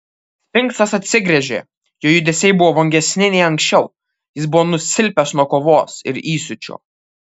sfinksas atsigręžė jo judesiai buvo vangesni nei anksčiau jis buvo nusilpęs nuo kovos ir įsiūčio